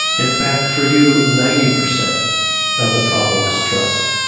in fact for you, ninety percent of the problem is trust.